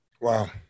Wow